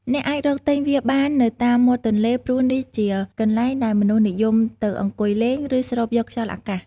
អ្នកអាចរកទិញវាបាននៅតាមមាត់ទន្លេ ព្រោះនេះជាកន្លែងដែលមនុស្សនិយមទៅអង្គុយលេង ឬស្រូបយកខ្យល់អាកាស។